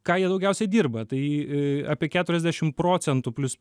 ką jie daugiausiai dirba tai apie keturiasdešim procentų plius